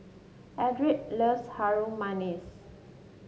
Eldred loves Harum Manis